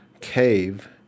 cave